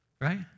Right